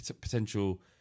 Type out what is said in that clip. potential